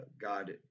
God